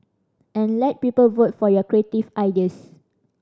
and let people vote for your creative ideas